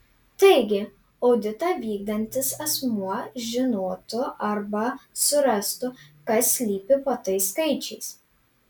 taigi auditą vykdantis asmuo žinotų arba surastų kas slypi po tais skaičiais